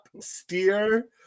steer